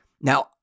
now